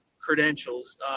credentials